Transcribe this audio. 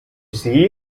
see